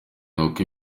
inkoko